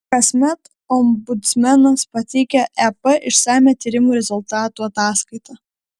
kasmet ombudsmenas pateikia ep išsamią tyrimų rezultatų ataskaitą